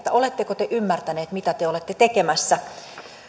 oletteko te ymmärtäneet mitä te olette tekemässä